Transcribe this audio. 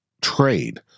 trade